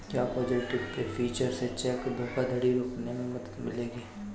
क्या positive pay feature से check धोखाधड़ी रोकने में मदद मिलेगी?